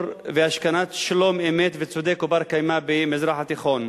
והשכנת שלום-אמת צודק ובר-קיימא במזרח התיכון.